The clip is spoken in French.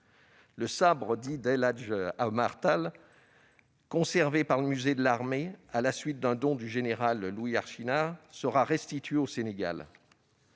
Le sabre dit d'El Hadj Omar Tall, conservé par le musée de l'armée à la suite d'un don du général Louis Archinard, sera restitué au Sénégal.